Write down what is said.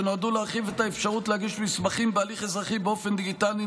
שנועדו להרחיב את האפשרות להגיש מסמכים בהליך אזרחי באופן דיגיטלי,